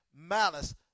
malice